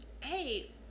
Hey